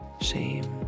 shame